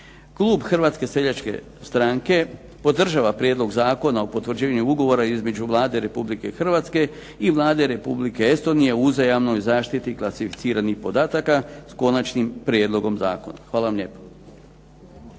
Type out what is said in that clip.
Klub Hrvatske seljačke stranke podržava Prijedlog zakona o potvrđivanju Ugovora između Vlade Republike Hrvatske i Vlade Republike Estonije o uzajamnoj zaštiti klasificiranih podataka s konačnim prijedlogom zakona. Hvala vam lijepo.